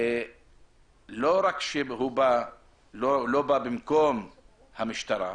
לא באות במקום המשטרה,